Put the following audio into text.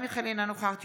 אינו נוכח חיים כץ,